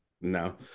No